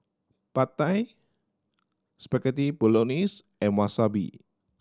Pad Thai Spaghetti Bolognese and Wasabi